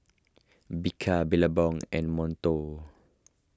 Bika Billabong and Monto